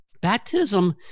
Baptism